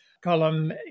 column